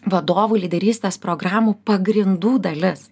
vadovų lyderystės programų pagrindų dalis